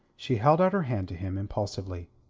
she held out her hand to him impulsively.